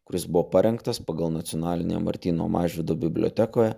kuris buvo parengtas pagal nacionalinėje martyno mažvydo bibliotekoje